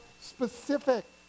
specific